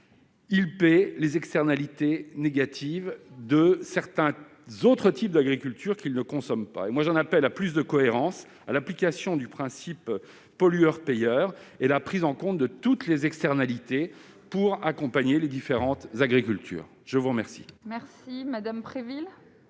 il paie les externalités négatives de certains autres types d'agriculture dont il ne consomme pas les produits. J'en appelle à plus de cohérence, à l'application du principe pollueur-payeur et à la prise en compte de toutes les externalités dans l'accompagnement des différentes agricultures. La parole